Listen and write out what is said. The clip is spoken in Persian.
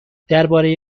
درباره